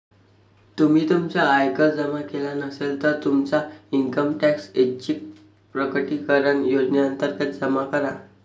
तुम्ही तुमचा आयकर जमा केला नसेल, तर तुमचा इन्कम टॅक्स ऐच्छिक प्रकटीकरण योजनेअंतर्गत जमा करा